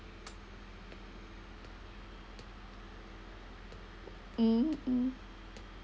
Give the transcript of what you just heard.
mmhmm